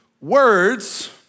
words